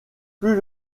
plus